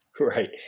Right